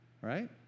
Right